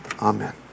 Amen